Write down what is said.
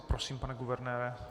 Prosím, pane guvernére.